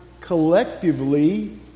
collectively